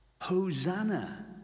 hosanna